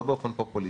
לא באופן פופוליסטי,